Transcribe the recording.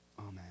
amen